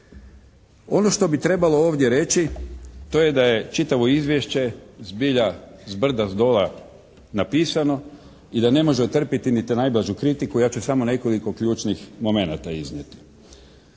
Ono što bi trebalo ovdje reći to je da je čitavo izvješće zbilja zbrda zdola napisano i da ne može otrpjeti niti najblažu kritiku. Ja ću samo nekoliko ključnih momenata iznijeti.